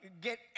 get